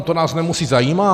To nás nemusí zajímat.